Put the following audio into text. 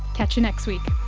catch you next week